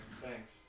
thanks